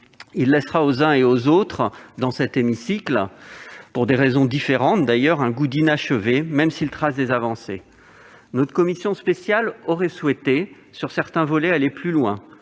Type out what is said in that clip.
Il laissera aux uns et aux autres dans cet hémicycle, pour des raisons différentes, un goût d'inachevé même s'il trace des avancées. La commission spéciale aurait souhaité aller plus loin